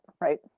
right